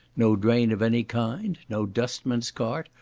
no drain of any kind, no dustman's cart,